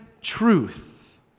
truth